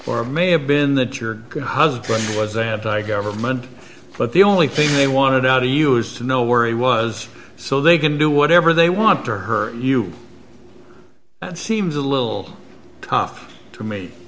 or may have been that your good husband was anti government but the only thing they wanted out of you is to know where he was so they can do whatever they want to hurt you that seems a little tough to me